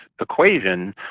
equation